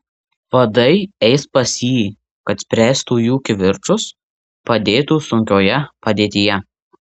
vadai eis pas jį kad spręstų jų kivirčus padėtų sunkioje padėtyje